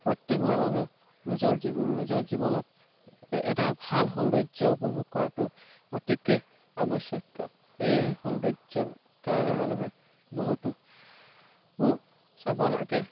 প্ৰত্যেক মানুহে নিজৰ জী নিজৰ জীৱনত এটা ভাল সৌন্দৰ্য উপভোগ কৰাটো অতিকৈ আৱশ্যকীয় সেয়েহে সৌন্দৰ্য কাৰণে মানুহে বহুতো ও চাব লাগে